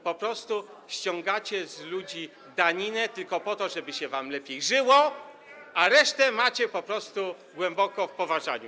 Po prostu ściągacie z ludzi daninę tylko po to, żeby wam się lepiej żyło, a resztę macie po prostu głęboko w poważaniu.